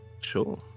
Sure